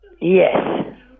Yes